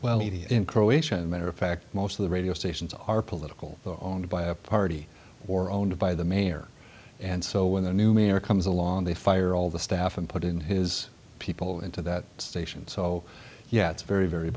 in croatia a matter of fact most of the radio stations are political owned by a party or owned by the mayor and so when the new mayor comes along they fire all the staff and put in his people into that station so yeah it's very very